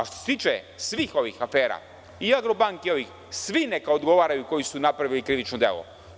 Što se tiče svih ovih afera, „Agrobanke“ i ovih, svi neka odgovaraju koji su napravili krivično delo.